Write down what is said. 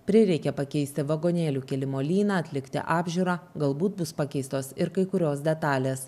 prireikė pakeisti vagonėlių kėlimo lyną atlikti apžiūrą galbūt bus pakeistos ir kai kurios detalės